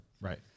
Right